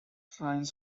signs